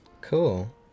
Cool